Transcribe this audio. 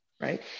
Right